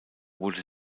wurde